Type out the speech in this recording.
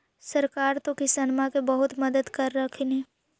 सरकार तो किसानमा के बहुते मदद कर रहल्खिन ह?